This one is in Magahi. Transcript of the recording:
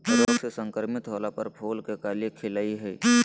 रोग से संक्रमित होला पर फूल के कली खिलई हई